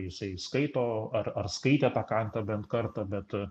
jisai skaito ar ar skaitė tą kantą bent kartą bet